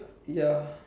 ya